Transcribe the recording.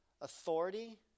authority